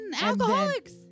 alcoholics